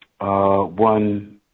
One